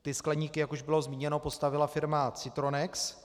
Ty skleníky, jak už bylo zmíněno, postavila firma Citronex.